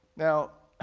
now,